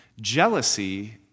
jealousy